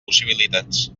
possibilitats